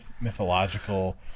mythological